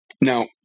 now